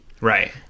Right